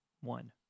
One